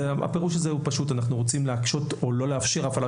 הפירוש הזה הוא פשוט שאנחנו רוצים להקשות או לא לאפשר הפעלה